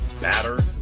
Batter